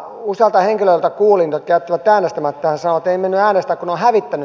kuulin usealta henkilöltä jotka jättivät äänestämättä he sanoivat että eivät menneet äänestämään koska ovat hävittäneet sen ilmoituslapun